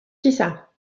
تسعة